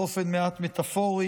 באופן מעט מטפורי